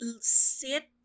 sit